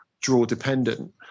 draw-dependent